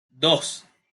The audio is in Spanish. dos